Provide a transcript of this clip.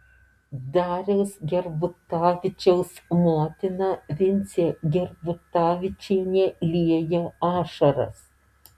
dariaus gerbutavičiaus motina vincė gerbutavičienė liejo ašaras